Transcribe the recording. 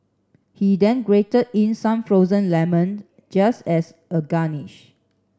he then grated in some frozen lemon just as a garnish